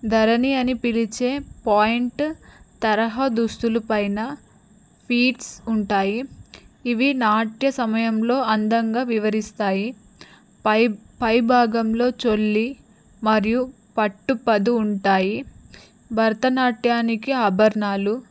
ధరణి అని పిలిచే పాయింట్ తరహా దుస్తులు పైన ప్లిట్స్ ఉంటాయి ఇవి నాట్య సమయంలో అందంగా వివరిస్తాయి పై పైభాగంలో చోలీ మరియు పట్టు పదు ఉంటాయి భరతనాట్యానికి ఆభరణాలు